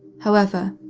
however,